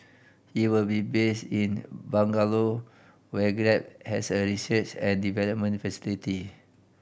he will be based in Bangalore where Grab has a research and development facility